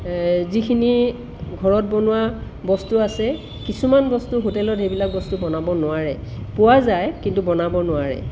যিখিনি ঘৰত বনোৱা বস্তু আছে কিছুমান বস্তু হোটেলত সেইবিলাক বস্তু বনাব নোৱাৰে পোৱা যায় কিন্তু বনাব নোৱাৰে